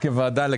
כוועדה,